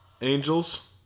Angels